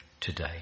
today